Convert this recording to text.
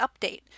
update